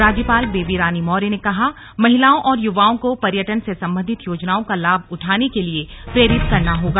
राज्यपाल बेबी रानी मौर्य ने कहा महिलाओं और युवाओं को पर्यटन से संबंधित योजनाओं का लाभ उठाने के लिए प्रेरित करना होगा